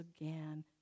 again